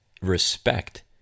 respect